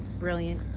brilliant.